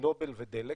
מנובל ודלק,